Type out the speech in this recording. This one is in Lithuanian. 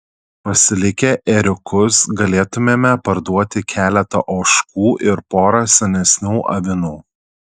pasilikę ėriukus galėtumėme parduoti keletą ožkų ir porą senesnių avinų